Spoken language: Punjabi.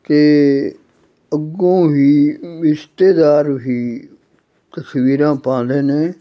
ਅਤੇ ਅੱਗੋਂ ਵੀ ਰਿਸ਼ਤੇਦਾਰ ਵੀ ਤਸਵੀਰਾਂ ਪਾਉਂਦੇ ਨੇ